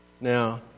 Now